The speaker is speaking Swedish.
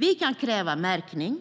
Vi kan kräva märkning